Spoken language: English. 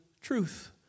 truth